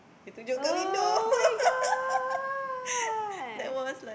[oh]-my-god